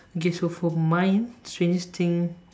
okay so for mine strangest thing